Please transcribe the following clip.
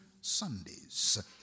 Sundays